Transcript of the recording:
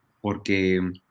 porque